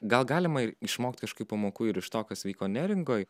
gal galima išmokt kažkokių pamokų ir iš to kas vyko neringoj